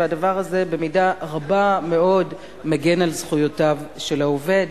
והדבר הזה במידה רבה מאוד מגן על זכויותיו של העובד.